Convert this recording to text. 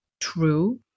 true